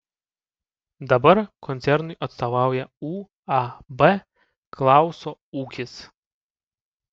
dabar koncernui atstovauja uab klauso ūkis